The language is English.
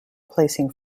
placing